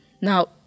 Now